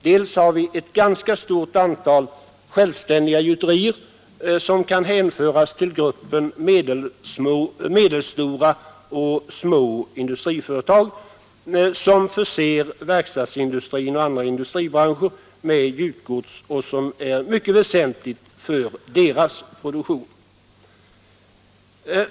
Dels har vi ett ganska stort antal självständiga gjuterier som kan hänföras till gruppen medelstora och små industriföretag, som förser verkstadsindustrin och andra industribranscher med gjutgods och som är mycket väsentliga för deras produktion.